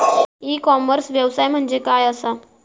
E commerce व्यवसाय म्हणजे काय असा?